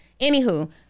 Anywho